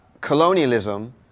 colonialism